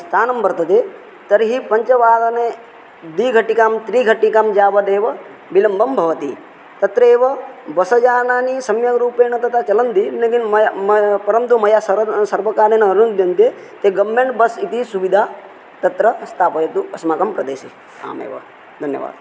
स्थानं वर्तते तर्हि पञ्चवादने द्विघटिकां त्रिघटिकां यावदेव विलम्बं भवति तत्र एव बस यानानि सम्यग्रूपेण तथा चलन्ति लेकिन् परन्तु मया सर्वकारेण अनुद्यन्ते ते गव्मेण्ट् बस् इति सुविधा तत्र स्थापयतु अस्माकं प्रदेशे आम् एव धन्यवादः